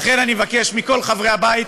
לכן אני מבקש מכל חברי הבית,